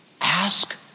Ask